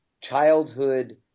childhood